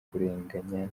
kurenganya